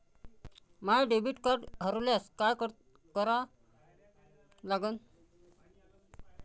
माय debit card हरोल्यास काय करा लागन?